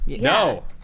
No